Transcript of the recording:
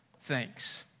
thanks